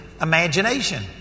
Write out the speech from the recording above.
imagination